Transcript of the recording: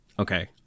Okay